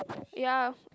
ya